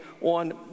on